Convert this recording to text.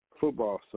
football